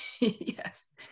Yes